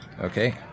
Okay